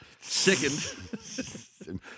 Second